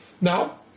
now